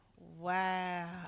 wow